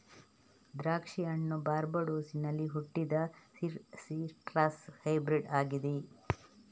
ದ್ರಾಕ್ಷಿ ಹಣ್ಣು ಬಾರ್ಬಡೋಸಿನಲ್ಲಿ ಹುಟ್ಟಿದ ಸಿಟ್ರಸ್ ಹೈಬ್ರಿಡ್ ಆಗಿದೆ